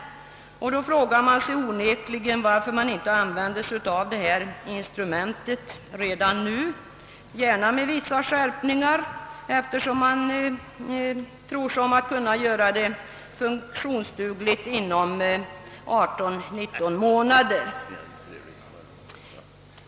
Då finns det onekligen anledning att fråga, varför man inte använder det instrumentet redan nu, gärna med vissa skärpningar, eftersom man tror sig om att kunna göra det funktionsdugligt inom 18—19 månader.